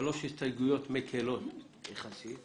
שלוש הסתייגויות מקלות יחסית.